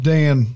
Dan